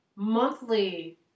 monthly